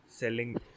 selling